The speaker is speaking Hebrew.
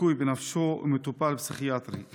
לקוי בנפשו ומטופל פסיכיאטרי,